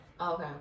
okay